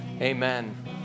Amen